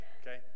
Okay